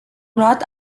luat